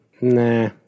Nah